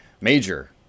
Major